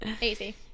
easy